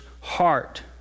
heart